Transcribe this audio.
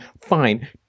fine